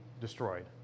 destroyed